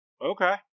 Okay